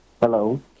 Hello